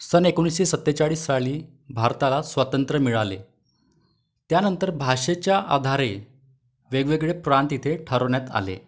सन एकोणीसशे सत्तेचाळीस साली भारताला स्वातंत्र्य मिळाले त्यानंतर भाषेच्या आधारे वेगवेगळे प्रांत इथे ठरवण्यात आले